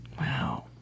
Wow